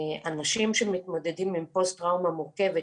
אנשים שמתמודדים עם פוסט טראומה מורכבת,